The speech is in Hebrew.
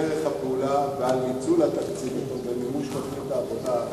על דרך הפעולה ועל ניצול התקציב ומימוש תוכנית העבודה,